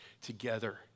together